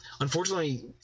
unfortunately